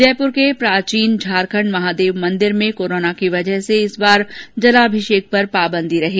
जयपुर शहर के प्राचीन झारखंड महादेव मंदिर में कोरोना की वजह से इस बार जलाभिषेक पर पाबंदी रही